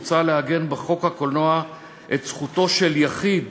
מוצע לעגן בחוק הקולנוע את זכותו של יחיד